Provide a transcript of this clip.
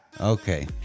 Okay